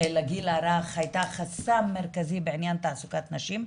לגיל הרך היה חסם מרכזי בעניין תעסוקת נשים.